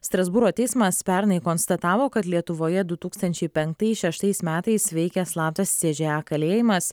strasbūro teismas pernai konstatavo kad lietuvoje du tūkstančiai penktais šeštais metais veikė slaptas c ž a kalėjimas